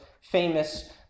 famous